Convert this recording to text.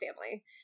family